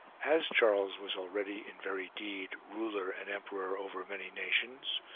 as charles was already in very deed ruler and emperor over many nations,